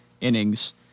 innings